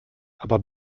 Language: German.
aber